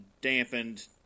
dampened